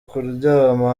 kuryama